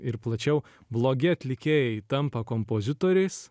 ir plačiau blogi atlikėjai tampa kompozitoriais